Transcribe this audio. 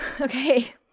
okay